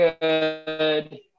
good